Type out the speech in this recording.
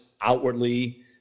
outwardly